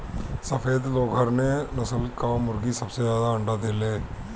सफ़ेद लेघोर्न नस्ल कअ मुर्गी सबसे ज्यादा अंडा देले